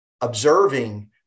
observing